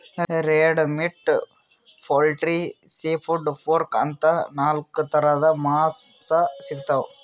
red meat, poultry, seafood, pork ಅಂತಾ ನಾಲ್ಕ್ ಥರದ್ ಮಾಂಸಾ ಸಿಗ್ತವ್